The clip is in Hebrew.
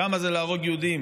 כמה זה להרוג יהודים,